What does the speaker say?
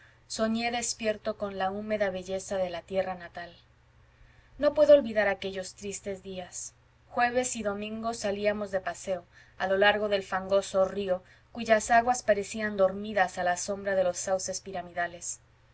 soñé despierto con la húmeda belleza de la tierra natal no puedo olvidar aquellos tristes días jueves y domingos salíamos de paseo a lo largo del fangoso río cuyas aguas parecían dormidas a la sombra de los sauces piramidales